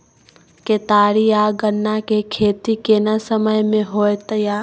केतारी आ गन्ना के खेती केना समय में होयत या?